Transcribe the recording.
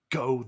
go